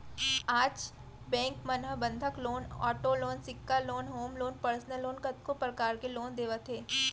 आज बेंक मन ह बंधक लोन, आटो लोन, सिक्छा loan, home loan, personal loan कतको परकार ले लोन देवत हे